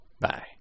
Bye